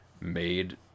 made